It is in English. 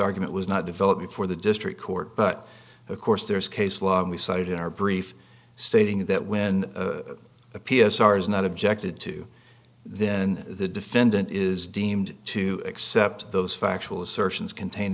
argument was not developed before the district court but of course there's case law we cited in our brief stating that when a p s r is not objected to then the defendant is deemed to accept those factual assertions contained